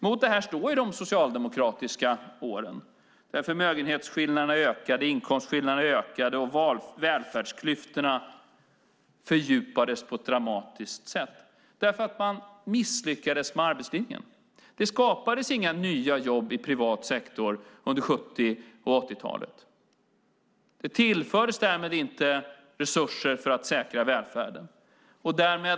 Mot detta står de socialdemokratiska åren då förmögenhetsskillnaderna och inkomstskillnaderna ökade och välfärdsklyftorna fördjupades på ett dramatiskt sätt därför att man misslyckades med arbetslinjen. Det skapades inga nya jobb i privat sektor under 70 och 80-talen. Det tillfördes därmed inte resurser för att säkra välfärden.